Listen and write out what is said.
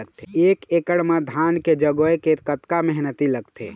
एक एकड़ म धान के जगोए के कतका मेहनती लगथे?